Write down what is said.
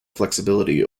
flexibility